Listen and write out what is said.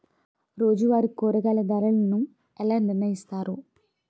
రోజువారి కూరగాయల ధరలను ఎలా నిర్ణయిస్తారు?